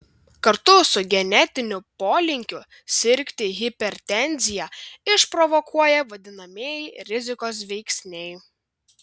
kartu su genetiniu polinkiu sirgti hipertenziją išprovokuoja vadinamieji rizikos veiksniai